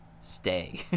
stay